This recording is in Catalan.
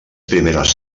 primeres